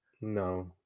No